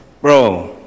bro